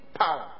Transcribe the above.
power